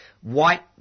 white